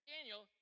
Daniel